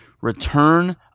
Return